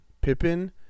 Pippin